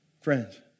Friends